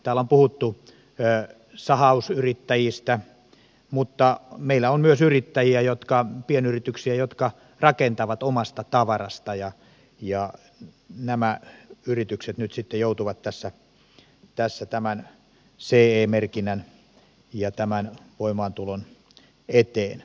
täällä on puhuttu sahausyrittäjistä mutta meillä on myös yrittäjiä pienyrityksiä jotka rakentavat omasta tavarasta ja nämä yritykset nyt sitten joutuvat tässä tämän ce merkinnän ja tämän voimaantulon eteen